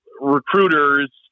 recruiters